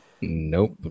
nope